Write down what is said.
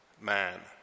man